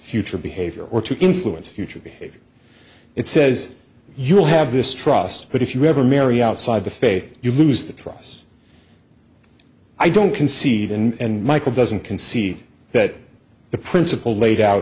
future behavior or to influence future behavior it says you will have this trust but if you ever marry outside the faith you lose the trust i don't concede and michael doesn't concede that the principle laid out